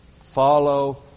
Follow